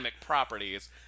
properties